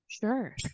Sure